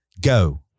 go